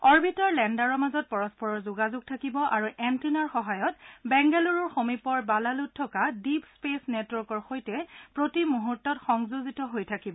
orbiter লেণ্ডাৰৰ মাজত পৰস্পৰ যোগাযোগ থাকিব আৰু এণ্টেনাৰ সহায়ত বেংগালুৰু সমীপৰ ব্যালালুত থকা ডীপ স্পেচ নেটৱৰ্কৰ সৈতে প্ৰতি মুহূৰ্তত সংযোগ হৈ থাকিব